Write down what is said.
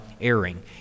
airing